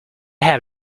have